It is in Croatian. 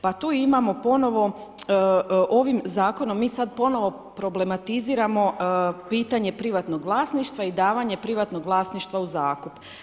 Pa tu imamo ponovno, ovim zakonom mi sada ponovno problematiziramo pitanje privatnog vlasništva i davanje privatnog vlasništva u zakup.